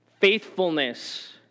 faithfulness